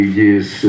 years